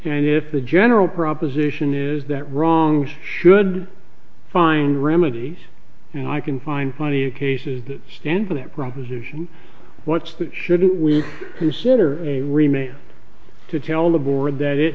and if the general proposition is that wrongs should find remedies and i can find plenty of cases that stand for that proposition what's that shouldn't we consider a remake to tell the board that it